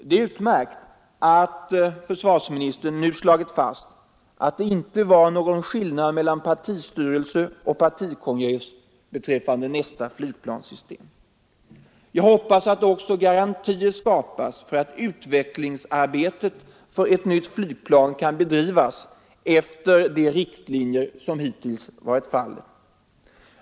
Det är utmärkt att försvarsministern nu slagit fast att det inte var någon skillnad mellan partistyrelse och partikongress beträffande nästa flygplanssystem. Jag hoppas att garantier också skapas för att utvecklingsarbetet för ett nytt flygplan kan bedrivas efter de riktlinjer som hittills gällt.